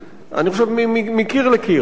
אני חושב שמקיר לקיר, מענקים.